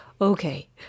okay